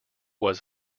was